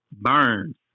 burns